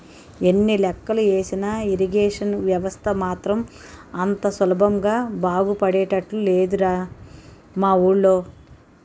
ఎన్ని లెక్కలు ఏసినా ఇరిగేషన్ వ్యవస్థ మాత్రం అంత సులభంగా బాగుపడేటట్లు లేదురా మా వూళ్ళో